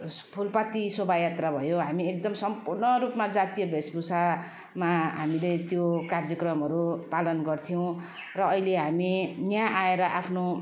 फुलपाती शोभायात्रा भयो हामी एकदम सम्पूर्ण रूपमा जातीय भेषभूषामा हामीले त्यो कार्यक्रमाहरू पालन गर्थ्यौँ र अहिले हामी यहाँ आएर आफ्नो